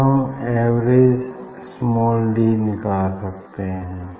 तब हम average small D निकाल सकते हैं